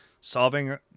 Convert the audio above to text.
solving